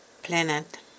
planet